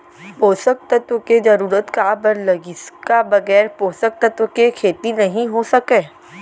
पोसक तत्व के जरूरत काबर लगिस, का बगैर पोसक तत्व के खेती नही हो सके?